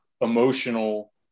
emotional